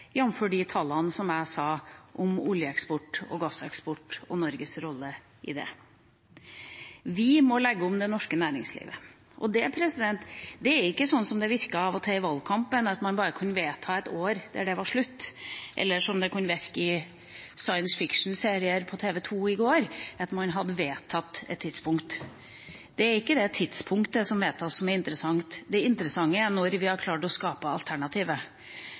jf. de tallene som jeg nevnte om oljeeksport og gasseksport og Norges rolle i det. Vi må legge om det norske næringslivet. Det er ikke sånn som det av og til virker i valgkampen, at man bare kan vedta et år da det er slutt – eller som det kunne virke i science fiction-serien på TV2 i går, at man hadde vedtatt et tidspunkt. Det er ikke det tidspunktet som vedtas, som er interessant. Det interessante er når vi har klart å skape alternativet,